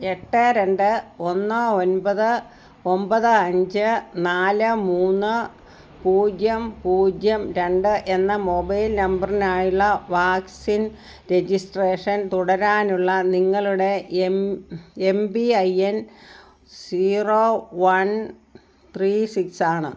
എട്ട് രണ്ട് ഒന്ന് ഒൻപത് ഒമ്പത് അഞ്ച് നാല് മൂന്ന് പൂജ്യം പൂജ്യം രണ്ട് എന്ന മൊബൈൽ നമ്പറിനായുള്ള വാക്സിൻ രജിസ്ട്രേഷൻ തുടരാനുള്ള നിങ്ങളുടെ M M P I N zero one three six ആണ്